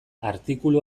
artikulu